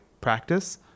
practice